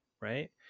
right